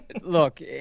look